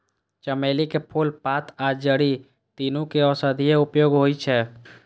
चमेली के फूल, पात आ जड़ि, तीनू के औषधीय उपयोग होइ छै